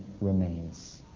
remains